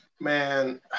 man